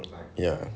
ya